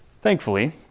Thankfully